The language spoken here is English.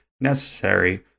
necessary